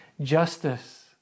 justice